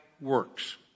works